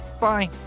Bye